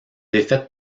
défaite